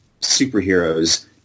superheroes